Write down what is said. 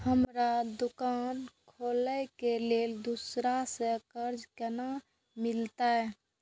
हमरा दुकान खोले के लेल दूसरा से कर्जा केना मिलते?